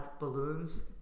balloons